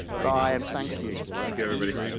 bye and thank you. thank you, everybody.